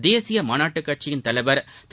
தேசிய மாநாட்டுக் கட்சியின் தலைவர் திரு